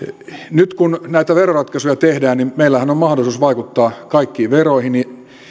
nyt kun näitä veroratkaisuja tehdään niin meillähän on mahdollisuus vaikuttaa kaikkiin veroihin